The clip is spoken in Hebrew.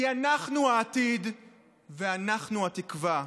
כי אנחנו העתיד ואנחנו התקווה,